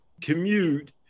commute